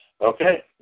Okay